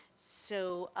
so,